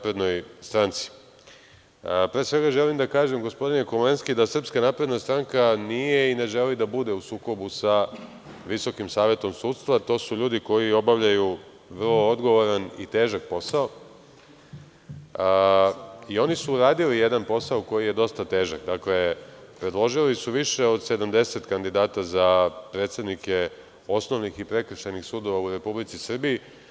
Pre svega, želim da kažem, gospodine Komlenski, da SNS nije i ne želi da bude u sukobu sa Visokim savetom sudstva, to su ljudi koji obavljaju vrlo odgovoran i težak posao i oni su uradili jedan posao koji je dosta težak, dakle, predložili su više od 70 kandidata za predsednike osnovnih i prekršajnih sudova u Republici Srbiji.